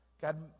God